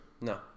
No